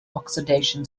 oxidation